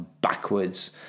backwards